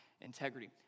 integrity